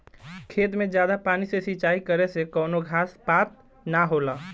खेतन मे जादा पानी से सिंचाई करे से कवनो घास पात ना होला